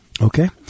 Okay